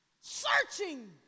searching